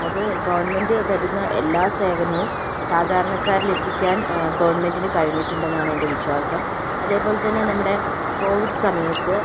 അത് ഗവണ്മെന്റ് തരുന്ന എല്ലാ സേവനവും സാധാരണക്കാരില് എത്തിക്കാന് ഗവണ്മെന്റിന് കഴിഞ്ഞിട്ടുണ്ട് എന്നാണ് എന്റെ വിശ്വാസം അതേപോലെ തന്നെ നമ്മുടെ കോവിഡ് സമയത്ത്